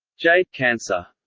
j. cancer